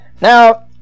Now